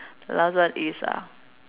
last one is uh